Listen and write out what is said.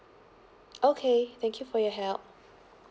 okay thank you for your help